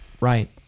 right